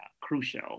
crucial